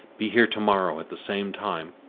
be here to-morrow at the same time,